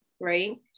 right